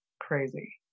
crazy